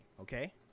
okay